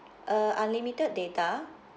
uh unlimited data